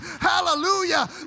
Hallelujah